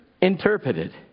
interpreted